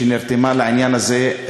שנרתמה לעניין הזה,